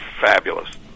fabulous